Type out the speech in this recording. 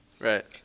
Right